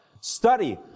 Study